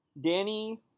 Danny